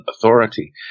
authority